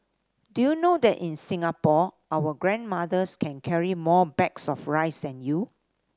do you know that in Singapore our grandmothers can carry more bags of rice than you